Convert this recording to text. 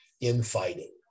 infighting